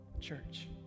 Church